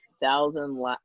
thousand